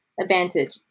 advantage